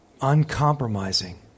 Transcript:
uncompromising